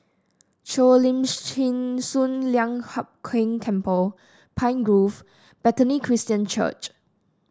Cheo Lim Chin Sun Lian Hup Keng Temple Pine Grove Bethany Christian Church